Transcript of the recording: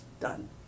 done